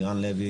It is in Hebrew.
לירן לוי,